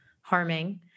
harming